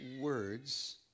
words